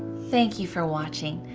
thank you for watching.